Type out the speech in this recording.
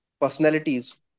personalities